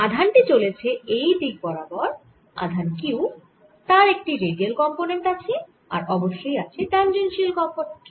আধান টি চলেছে এই দিক বরাবর আধান q তার একটি রেডিয়াল কম্পোনেন্ট আছে আর অবশ্যই আছে ট্যাঞ্জেনশিয়াল কম্পোনেন্ট